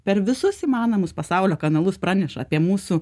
per visus įmanomus pasaulio kanalus praneša apie mūsų